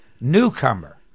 newcomer